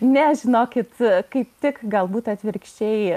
ne žinokit kaip tik galbūt atvirkščiai